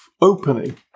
opening